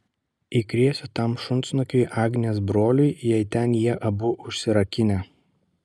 įkrėsiu tam šunsnukiui agnės broliui jei ten jie abu užsirakinę